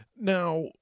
Now